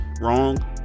wrong